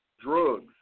drugs